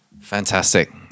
fantastic